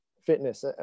fitness